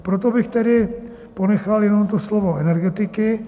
Proto bych tedy ponechal jenom to slovo energetiky.